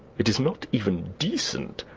it is not even decent.